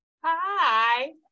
Hi